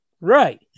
Right